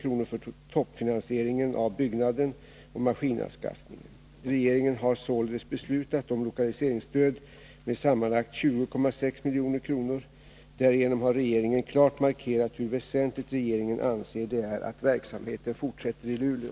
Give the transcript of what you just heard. för toppfinansieringen av byggnaden och maskinanskaffningen. Regeringen har således beslutat om lokaliseringsstöd med sammanlagt 20,6 milj.kr. Därigenom har regeringen klart markerat hur väsentligt regeringen anser det är att verksamheten fortsätter i Luleå.